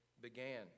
began